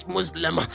Muslim